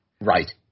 Right